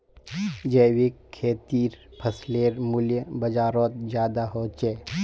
जैविक खेतीर फसलेर मूल्य बजारोत ज्यादा होचे